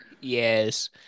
yes